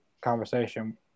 conversation